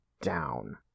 down